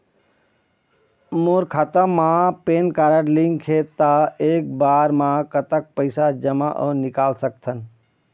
मोर खाता मा PAN card link हे ता एक बार मा कतक पैसा जमा अऊ निकाल सकथन?